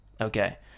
okay